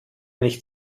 nicht